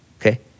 Okay